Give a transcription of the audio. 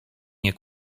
nie